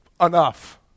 enough